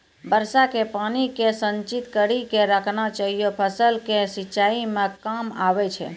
वर्षा के पानी के संचित कड़ी के रखना चाहियौ फ़सल के सिंचाई मे काम आबै छै?